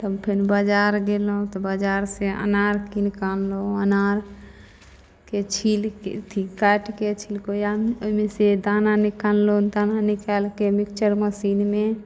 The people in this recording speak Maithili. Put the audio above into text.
तब फेन बजार गेलहुॅं तऽ बजार से अनार कीनिकऽ अनलहुॅं अनारके छीलिके अथी काटिके छिलकोइया ओहिमे से दाना निकाललहुॅं दाना निकालिके मिक्सचर मशीनमे